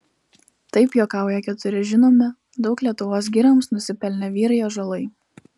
taip juokauja keturi žinomi daug lietuvos girioms nusipelnę vyrai ąžuolai